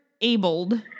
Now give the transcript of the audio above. abled